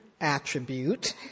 attribute